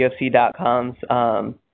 UFC.com's